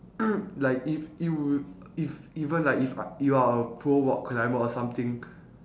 like if you if even like if a~ you are a pro rock climber or something